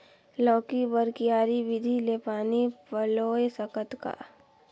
लौकी बर क्यारी विधि ले पानी पलोय सकत का?